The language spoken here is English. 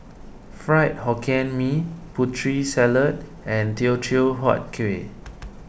Fried Hokkien Mee Putri Salad and Teochew Huat Kuih